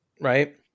right